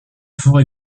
fort